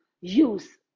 use